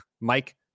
Mike